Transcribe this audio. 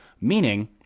Meaning